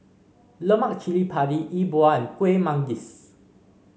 Lemak Cili Padi E Bua and Kuih Manggis